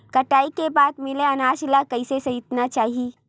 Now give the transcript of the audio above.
कटाई के बाद मिले अनाज ला कइसे संइतना चाही?